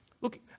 Look